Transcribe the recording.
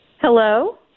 Hello